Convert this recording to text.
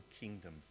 kingdom